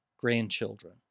grandchildren